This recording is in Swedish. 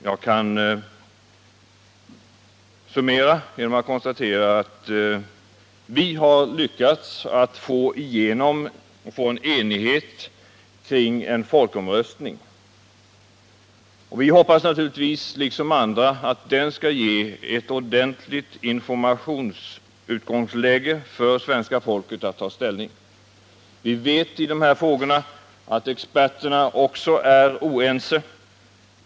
Jag kan summera genom att konstatera att vi har lyckats få enighet kring en folkomröstning. Vi, liksom andra, hoppas naturligtvis att svenska folket vad beträffar informationen skall få ett ordentligt utgångsläge för att ta ställning. Vi vet att även experterna är oense i dessa frågor.